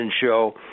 show